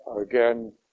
again